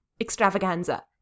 extravaganza